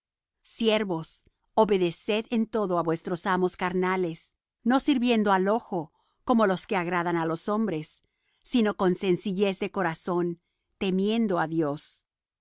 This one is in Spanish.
siervos obedeced en todo á vuestros amos carnales no sirviendo al ojo como los que agradan á los hombres sino con sencillez de corazón temiendo á dios